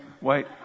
Wait